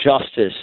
justice